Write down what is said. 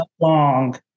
long